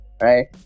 right